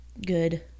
good